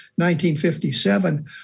1957